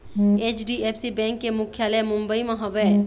HDFC bank के मुख्यालय मुंबई म हवय